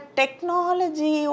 technology